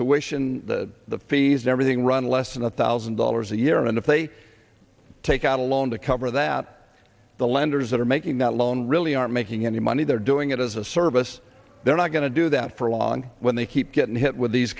the fees everything run less than a thousand dollars a year and if they take out a loan to cover that the lenders that are making that loan really aren't making any money they're doing it as a service they're not going to do that for a lawn when they keep getting hit with these